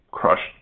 Crushed